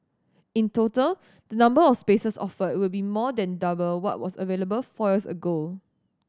in total the number of spaces offered will be more than double what was available four years ago